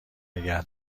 نگه